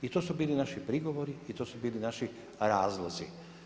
I to su bili naši prigovori i to su bili naši razlozi.